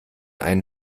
einen